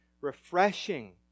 refreshing